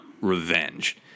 revenge